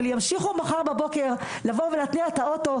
אבל ימשיכו מחר בבוקר לבוא ולהתניע את האוטו,